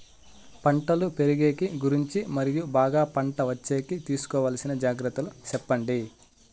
పంటలు పెరిగేకి గురించి మరియు బాగా పంట వచ్చేకి తీసుకోవాల్సిన జాగ్రత్త లు సెప్పండి?